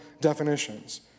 definitions